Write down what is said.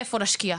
איפה להשקיע,